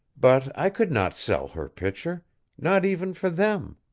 but i could not sell her picture not even for them.